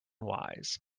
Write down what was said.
wise